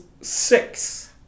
six